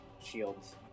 shields